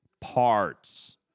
Parts